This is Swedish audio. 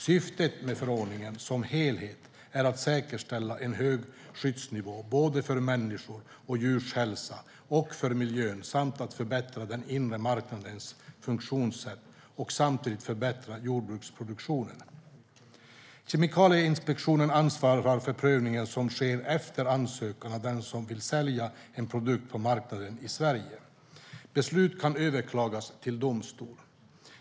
Syftet med förordningen som helhet är att säkerställa en hög skyddsnivå för människors och djurs hälsa och för miljön samt att förbättra den inre marknadens funktionssätt och samtidigt förbättra jordbruksproduktionen. Kemikalieinspektionen ansvarar för prövningen, som sker efter ansökan av den som vill sälja en produkt på marknaden i Sverige. Besluten kan överklagas till domstol.